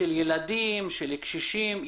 ילדים, קשישים?